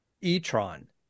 e-tron